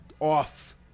off –